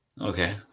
okay